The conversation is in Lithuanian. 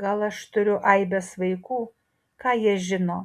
gal aš turiu aibes vaikų ką jie žino